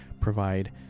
provide